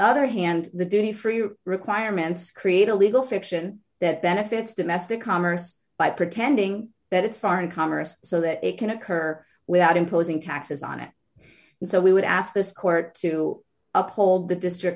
other hand the duty free or requirements create a legal fiction that benefits domestic commerce by pretending that it's foreign commerce so that it can occur without imposing taxes on it and so we would ask this court to uphold the district